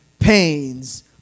Pains